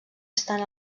estan